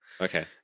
Okay